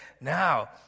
Now